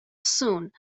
soon